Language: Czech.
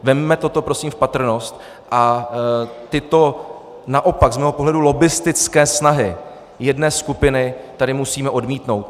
Vezměme to prosím v patrnost a tyto naopak z mého pohledu lobbistické snahy jedné skupiny tady musíme odmítnout.